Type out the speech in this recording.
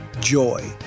joy